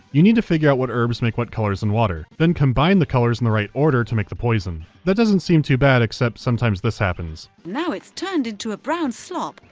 you need to figure out what herbs make what colors in water, then combine the colors in the right order to make the poison. that doesn't seem too bad, except, sometimes this happens. melanie now it's turned into a brown slop.